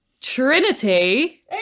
Trinity